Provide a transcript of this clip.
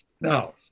Now